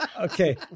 Okay